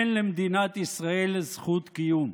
אין למדינת ישראל זכות קיום.